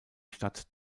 stadt